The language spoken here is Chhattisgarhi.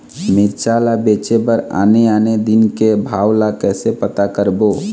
मिरचा ला बेचे बर आने आने दिन के भाव ला कइसे पता करबो?